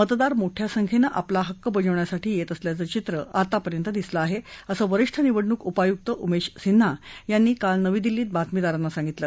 मतदार मोठया संख्येनं आपला हक्क बजावण्यासाठी येत असल्याचं चित्र आतापर्यंत दिसलं आहे असं वरीष्ठ निवडणूक उपायुक्त उमेश सिन्हा यांनी काल दिल्लीत बातमीदारांना सांगितलं